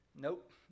nope